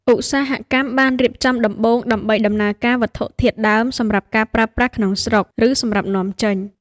ឧស្សាហកម្មបានរៀបចំដំបូងដើម្បីដំណើរការវត្ថុធាតុដើមសម្រាប់ការប្រើប្រាស់ក្នុងស្រុក ឬសម្រាប់នាំចេញ។